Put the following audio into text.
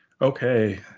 okay